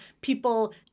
people